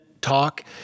talk